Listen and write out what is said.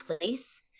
place